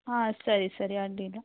ಹಾಂ ಸರಿ ಸರಿ ಅಡ್ಡಿಯಿಲ್ಲ